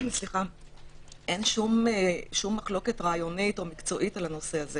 אין שום מחלוקת רעיונית או מקצועית בנושא.